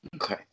Okay